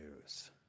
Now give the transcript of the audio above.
news